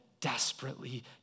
desperately